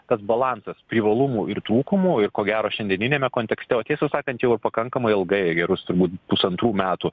tas balansas privalumų ir trūkumų ir ko gero šiandieniniame kontekste o tiesą sakant jau ir pakankamai ilgai gerus turbūt pusantrų metų